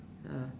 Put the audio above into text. ah